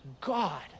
God